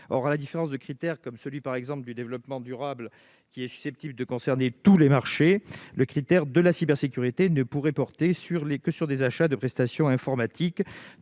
Or, à la différence d'un critère comme celui du développement durable, qui est susceptible de concerner tous les marchés, le critère de la cybersécurité ne saurait porter que sur les achats de prestations informatiques.